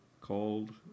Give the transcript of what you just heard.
called